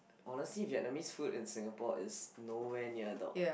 honestly Vietnamese food in Singapore is nowhere near the